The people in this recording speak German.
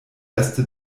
erste